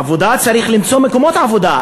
עבודה, צריך למצוא מקומות עבודה.